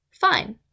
Fine